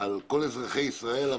על כל אזרחי ישראל,